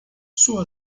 sua